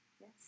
Yes